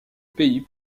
pays